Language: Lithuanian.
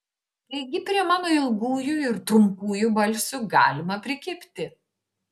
taigi prie mano ilgųjų ir trumpųjų balsių galima prikibti